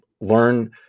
Learn